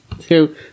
two